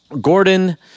Gordon